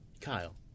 Kyle